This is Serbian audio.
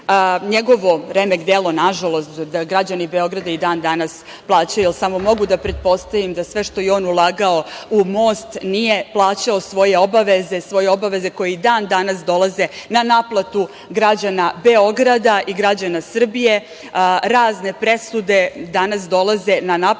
njegovo remek delo, nažalost, građani Beograda i dan danas plaćaju. Samo mogu da pretpostavim da sve što je on ulagao u most nije plaćao svoje obaveze. Svoje obaveze koje i dan danas dolaze na naplatu građana Beograda i građana Srbije, razne presude danas dolaze na naplatu